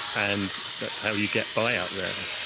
and that's how you get by out there.